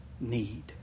need